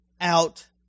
out